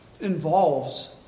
involves